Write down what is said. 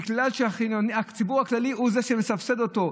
בגלל שהציבור הכללי הוא שמסבסד אותו,